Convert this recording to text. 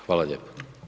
Hvala lijepo.